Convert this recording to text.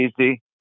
easy